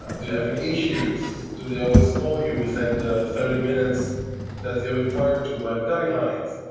ah do you have any issues? do they always call you within the thirty minutes that you're required to by the guidelines?